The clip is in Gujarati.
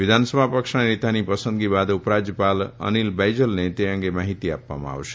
વિધાનસભાના પક્ષના નેતાની પસંદગી બાદ ઉપરાજ્યપાલ અનિલ બૈજલને તે અંગે માહિતી આપવામાં આવશે